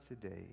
today